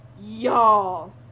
Y'all